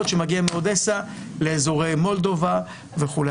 שמגיע מאודסה לאזורי מולדובה וכו'.